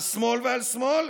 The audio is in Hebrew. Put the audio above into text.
על שמאל ועל שמאל.